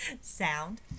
sound